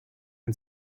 and